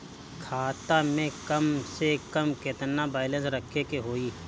खाता में कम से कम केतना बैलेंस रखे के होईं?